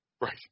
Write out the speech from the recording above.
Right